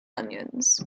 onions